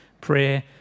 prayer